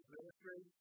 Ministry